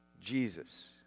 Jesus